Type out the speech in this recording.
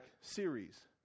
series